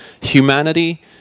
humanity